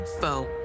Foe